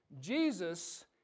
Jesus